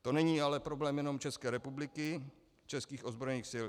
To není ale problém jenom České republiky, českých ozbrojených sil.